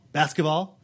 basketball